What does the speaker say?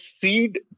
seed